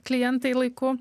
klientai laiku